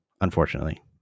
unfortunately